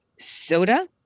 Soda